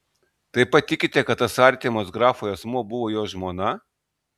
taip pat tikite kad tas artimas grafui asmuo buvo jo žmona